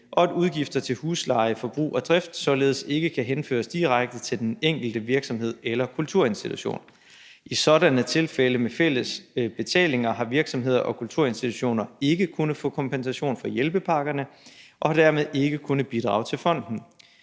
og at udgifter til husleje, forbrug og drift således ikke kan henføres direkte til den enkelte virksomhed eller kulturinstitution. I sådanne tilfælde med fælles betalinger har virksomheder og kulturinstitutioner ikke kunnet få kompensation fra hjælpepakkerne og har dermed ikke kunnet bidrage til fonden.